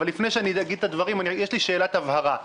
אבל לפני שאגיד את הדברים, יש לי שאלת הבהרה.